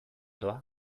doa